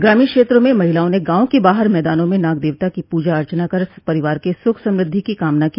ग्रामीण क्षेत्रों में महिलाओं ने गांव के बाहर मैदानों में नाग देवता की पूजा अर्चना कर परिवार के सुख समृद्धि की कामना की